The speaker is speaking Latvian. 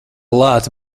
lāci